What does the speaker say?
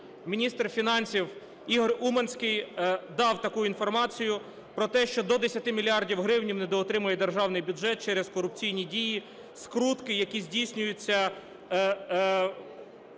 міністр фінансів Ігор Уманський дав таку інформацію: про те, що до 10 мільярдів гривень недоотримує державний бюджет через корупційні дії – "скрутки", які здійснюються